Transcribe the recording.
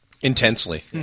Intensely